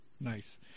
Nice